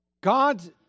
God